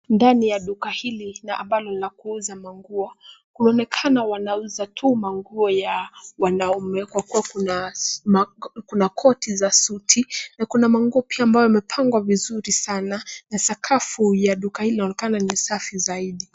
Ndani ya duka hili na ambalo ni la kuuza manguo kunaonekana wanauza tu manguo ya wanaume kwa kuwa kuna kuna koti za suti na kuna manguo pia ambayo yamepangwa vizuri sana na sakafu ya duka hii inaonekana kuwa ni safi zaidi.